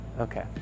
okay